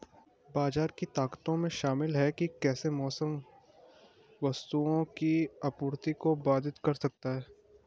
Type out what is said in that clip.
बाजार की ताकतों में शामिल हैं कि कैसे मौसम वस्तुओं की आपूर्ति को बाधित कर सकता है